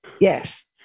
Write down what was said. Yes